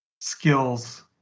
skills